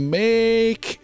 make